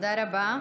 תודה רבה.